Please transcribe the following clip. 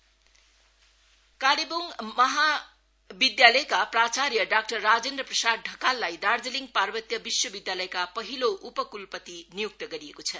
भि C appointment Kalimpong महाविद्यालयका प्राचार्य डाक्टर राजेन्द्र प्रसाद ढकाललाई दार्जीलिङ पार्वत्य विश्वविद्यालयका पहिलो उप कुलपति नियुक्त गरिएको छ